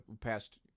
past